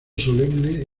solemne